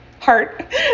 heart